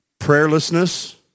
prayerlessness